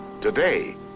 today